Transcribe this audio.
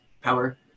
power